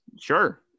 Sure